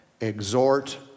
Exhort